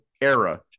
era